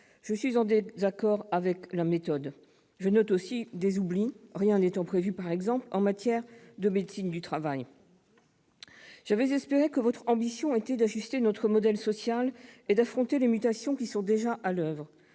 je suis en désaccord avec la méthode adoptée. Je note aussi des oublis, rien n'étant prévu, par exemple, en matière de médecine du travail. J'avais espéré, madame la ministre, que votre ambition était d'ajuster notre modèle social et d'affronter les mutations qui sont déjà à l'oeuvre.